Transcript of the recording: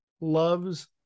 loves